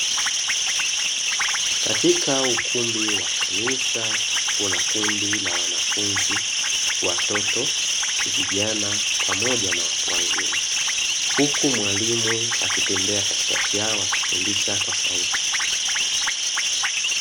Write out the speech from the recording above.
Katika ukumbi wa kanisa kuna kundi la wanafunzi, watoto, vijana pamoja na watu wazima huku mwalimu akitembea katikati yao akifundisha kwa sauti.